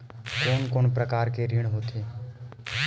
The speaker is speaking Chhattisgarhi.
कोन कोन प्रकार के ऋण होथे?